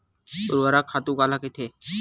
ऊर्वरक खातु काला कहिथे?